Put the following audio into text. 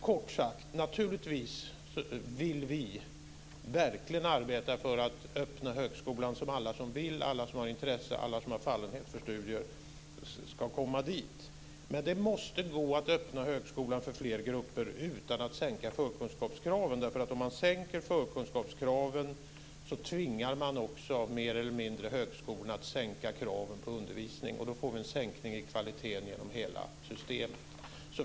Kort sagt vill vi naturligtvis arbeta för att öppna högskolan. Alla som vill, som har intresse och som har fallenhet för studier ska komma dit. Men det måste gå att öppna högskolan för fler grupper utan att sänka förkunskapskraven. Om man sänker förkunskapskraven tvingar man också mer eller mindre högskolorna att sänka kraven på undervisningen. Då får vi en sänkning av kvaliteten genom hela systemet.